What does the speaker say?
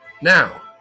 Now